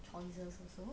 choices also